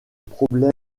problème